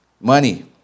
money